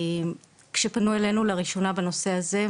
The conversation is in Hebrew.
כאשר פנו אלינו לראשונה בנושא הזה,